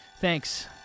Thanks